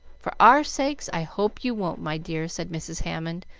for our sakes, i hope you won't, my dear, said mrs. hammond,